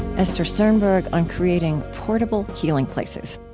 esther sternberg on creating portable healing places.